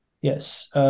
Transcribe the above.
yes